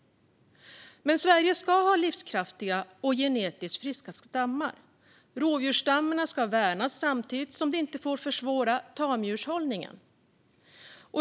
Sverige ska ha livskraftiga och genetiskt friska stammar. Rovdjursstammarna ska värnas samtidigt som det inte får försvåra tamdjurshållningen.